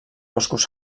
boscos